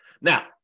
Now